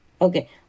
okay